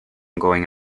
going